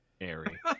Airy